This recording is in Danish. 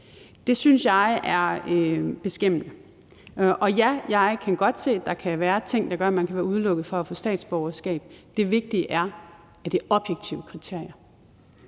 Det synes jeg er beskæmmende. Og ja, jeg kan godt se, at der kan være ting, der gør, at man kan være udelukket fra at få statsborgerskab. Det vigtige er, at det er objektive kriterier.